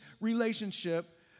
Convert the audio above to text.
relationship